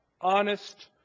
honest